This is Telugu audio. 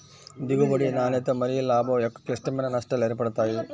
దిగుబడి, నాణ్యత మరియులాభం యొక్క క్లిష్టమైన నష్టాలు ఏర్పడతాయి